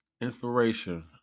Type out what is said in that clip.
inspiration